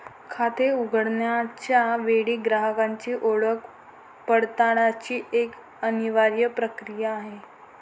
खाते उघडण्याच्या वेळी ग्राहकाची ओळख पडताळण्याची एक अनिवार्य प्रक्रिया आहे